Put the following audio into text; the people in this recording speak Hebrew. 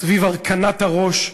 סביב הרכנת הראש לזכרם.